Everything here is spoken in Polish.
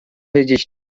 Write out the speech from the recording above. wiedzieć